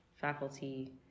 faculty